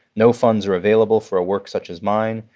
no funds are available for a work such as mine,